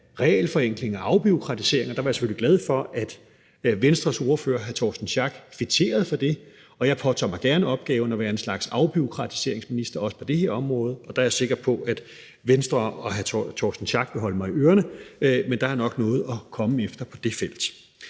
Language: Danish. og afbureaukratiseringer. Det er jeg selvfølgelig glad for at Venstres ordfører, hr. Torsten Schack Pedersen, kvitterede for, og jeg påtager mig gerne opgaven at være en slags afbureaukratiseringsminister også på det her område. Der er jeg sikker på, at Venstre og hr. Torsten Schack Pedersen vil holde mig i ørerne. Men der er nok noget at komme efter på det felt.